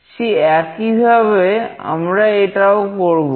সেই একইভাবে আমরা এটাও করব